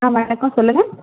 ஆ வணக்கம் சொல்லுங்கள்